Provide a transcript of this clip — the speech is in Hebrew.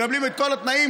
מקבלים את כל התנאים,